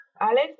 Alex